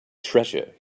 treasure